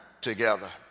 together